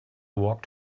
walk